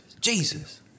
Jesus